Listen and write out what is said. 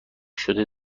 شده